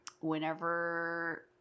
Whenever